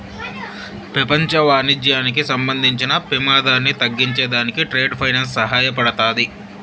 పెపంచ వాణిజ్యానికి సంబంధించిన పెమాదాన్ని తగ్గించే దానికి ట్రేడ్ ఫైనాన్స్ సహాయపడతాది